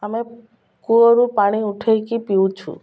ଆମେ କୂଅରୁ ପାଣି ଉଠେଇକି ପିଉଛୁ